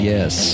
Yes